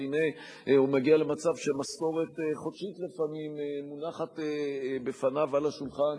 והנה הוא מגיע למצב שמשכורת חודשית לפעמים מונחת בפניו על השולחן,